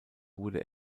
wurde